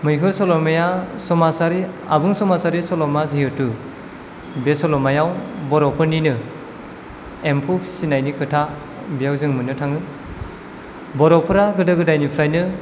मैहुर सल'माया समाजारि आबुं समाजारि सल'मा जिहेथु बे सल'मायाव बर'फोरनिनो एम्फौ फिनायनि खोथा बेयाव जों मोननो थाङो बर'फोरा गोदो गोदायनिफ्रायनो